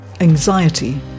Anxiety